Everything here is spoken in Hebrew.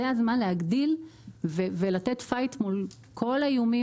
זה הזמן להגדיל ולתת פייט מול כל האיומים